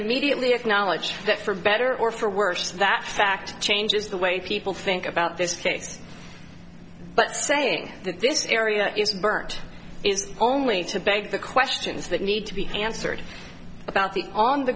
immediately acknowledge that for better or for worse that fact changes the way people think about this case but saying that this area is burnt is only to beg the questions that need to be answered about the on the